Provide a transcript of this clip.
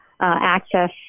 access